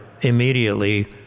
immediately